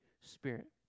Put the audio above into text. Spirit